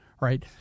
right